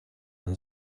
and